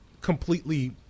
completely